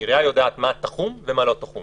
עירייה יודעת מה תחום ומה לא תחום.